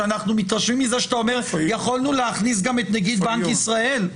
שאנחנו מתרשמים מזה שאתה אומר יכולנו להכניס גם את נגיד בנק ישראל?